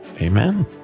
amen